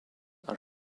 are